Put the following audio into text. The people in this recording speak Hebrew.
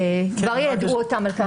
כבר יידעו אותם על כך.